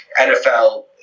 NFL